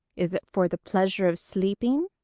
is it for the pleasure of sleeping?